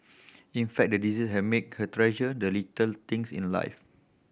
in fact the disease have make her treasure the little things in life